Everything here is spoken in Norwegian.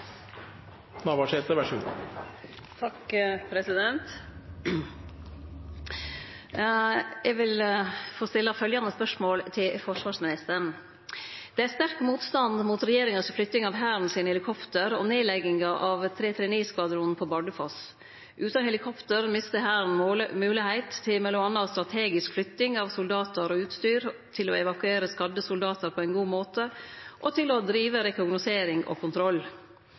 sterk motstand mot regjeringa si flytting av Hæren sine helikopter og nedlegginga av 339-skvadronen på Bardufoss. Utan helikopter mister Hæren moglegheit til m.a. strategisk flytting av soldatar og utstyr, til å evakuere skadde soldatar på ein god måte og til å drive rekognosering og kontroll.